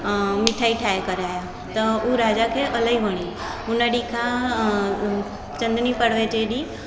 मिठाई ठाहे करे आयो त उहो राजा खे इलाहीं वणी हुन ॾींहुं खां चांदनी पड़वे जे ॾींहं